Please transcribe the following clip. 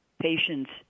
patient's